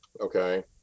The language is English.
Okay